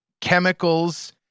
chemicals